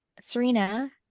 Serena